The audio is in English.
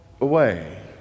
away